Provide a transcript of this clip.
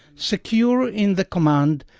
secure in the command,